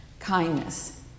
Kindness